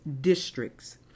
districts